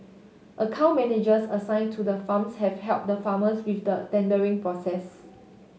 account managers assign to the farms have helped the farmers with the tendering process